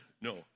no